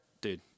Dude